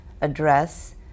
address